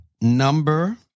number